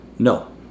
No